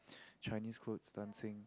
Chinese cloth dancing